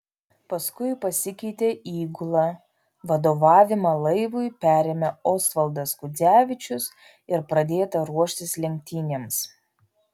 paskui pasikeitė įgula vadovavimą laivui perėmė osvaldas kudzevičius ir pradėta ruoštis lenktynėms